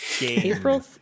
April